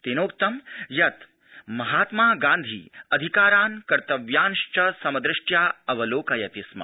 तेनोक्तं यत् महात्मा गांधी अधिकारान् कर्त्तव्यांश्च सम दृष्यिा अवलोकयति स्म